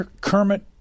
Kermit